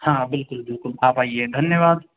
हाँ बिल्कुल बिल्कुल आप आइए धन्यवाद